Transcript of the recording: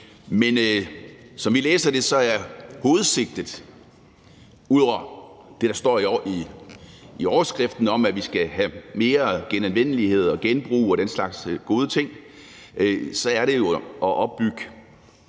Men som vi læser det, er hovedsigtet ud over det, der står i overskriften om, at vi skal have mere genanvendelighed og genbrug og den slags gode ting, så at opbygge